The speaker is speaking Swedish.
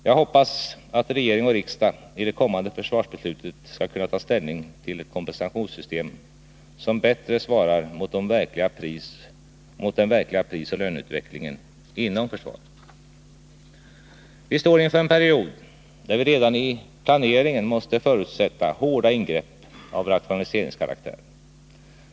Jag hoppas att regering och riksdag i det kommande försvarsbeslutet skall kunna ta ställning till ett kompensationssystem som bättre svarar mot den verkliga prisoch löneutvecklingen inom försvaret. Vi står inför en period där vi redan i planeringen måste förutsätta hårda ingrepp av rationaliseringskaraktär.